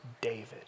David